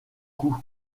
cou